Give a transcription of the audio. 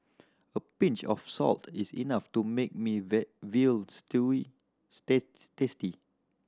a pinch of salt is enough to make me veal stew tasty